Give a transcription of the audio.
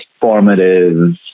formative